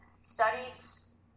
Studies